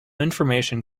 information